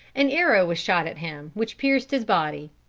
an arrow was shot at him, which pierced his body.